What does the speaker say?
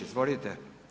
Izvolite.